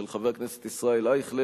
של חבר הכנסת ישראל אייכלר,